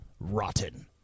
Rotten